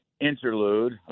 interlude